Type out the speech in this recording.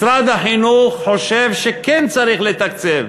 משרד החינוך חושב שכן צריך לתקצב,